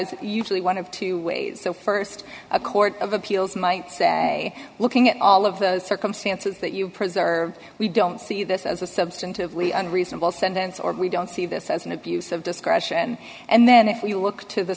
is usually one of two ways so st a court of appeals might say looking at all of the circumstances that you preserve we don't see this as a substantively unreasonable sentence or we don't see this as an abuse of discretion and then if we look to the